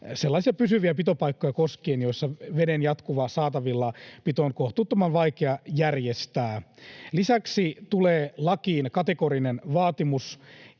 sellaisia pysyviä pitopaikkoja koskien, joissa veden jatkuva saatavilla pito on kohtuuttoman vaikea järjestää. Lisäksi lakiin tulee kategorinen vaatimus